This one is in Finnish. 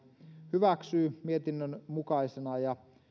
hyväksyy mietinnön mukaisena ja